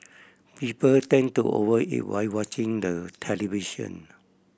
people tend to over eat while watching the television